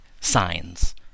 signs